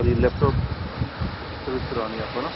और ये लैपटॉप इसकी सर्विस करवानी है आपको है ना